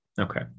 Okay